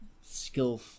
skill